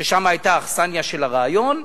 שם היתה האכסניה של הריאיון,